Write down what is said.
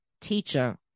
teacher